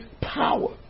power